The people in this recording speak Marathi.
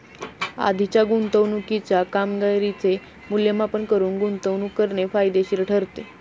आधीच्या गुंतवणुकीच्या कामगिरीचे मूल्यमापन करून गुंतवणूक करणे फायदेशीर ठरते